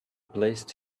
placed